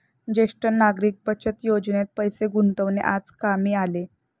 ज्येष्ठ नागरिक बचत योजनेत पैसे गुंतवणे आज कामी आले